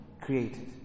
created